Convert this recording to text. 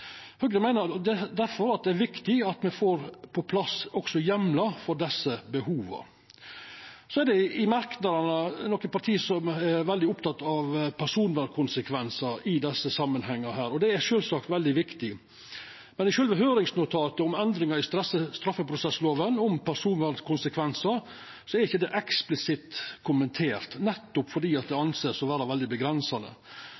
Høgre meiner derfor det er viktig at me også får på plass heimlar for desse behova. I merknadane er det nokre parti som er veldig opptekne av personvernkonsekvensar i desse samanhengane her. Det er sjølvsagt veldig viktig, men i sjølve høyringsnotatet om endringar i straffeprosesslova om personvernkonsekvensar er det ikkje eksplisitt kommentert, nettopp fordi det